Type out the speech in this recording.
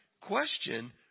question